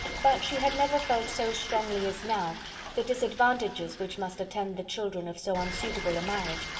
but she had never felt so strongly as now the disadvantages which must attend the children of so unsuitable a marriage,